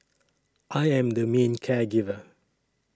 I am the main care giver